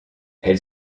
elle